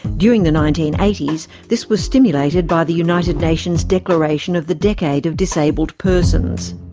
during the nineteen eighty s this was stimulated by the united nations declaration of the decade of disabled persons.